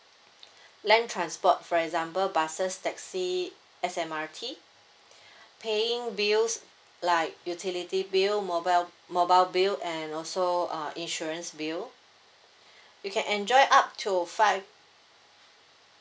land transport for example buses taxi S_M_R_T paying bills like utility bill mobile mobile bill and also uh insurance bill you can enjoy up to five